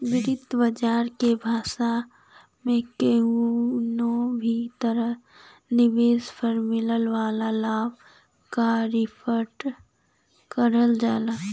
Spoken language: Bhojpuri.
वित्त बाजार के भाषा में कउनो भी तरह निवेश पर मिले वाला लाभ क रीटर्न कहल जाला